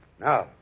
Now